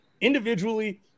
individually